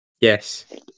Yes